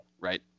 right